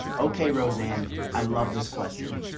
okay, roseanne, i love this question.